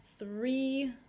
three